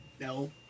No